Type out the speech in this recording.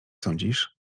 sądzisz